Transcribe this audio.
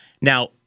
Now